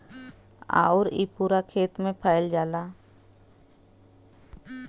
आउर इ पूरा खेत मे फैल जाला